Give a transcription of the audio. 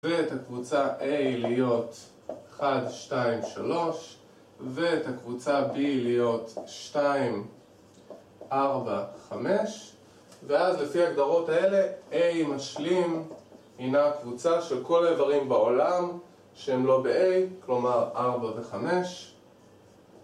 ואת הקבוצה A להיות 1, 2, 3 ואת הקבוצה B להיות 2, 4, 5 ואז לפי הגדרות האלה A משלים הנה הקבוצה של כל האברים בעולם שהם לא ב-A כלומר 4 ו-5